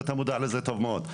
ואתה מודע לזה טוב מאוד.